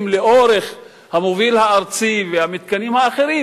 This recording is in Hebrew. לאורך המוביל הארצי והמתקנים האחרים,